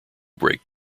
break